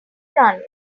run